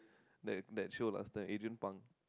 that that show last time Adrian Png